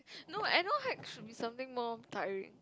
no I know hikes should be something more tiring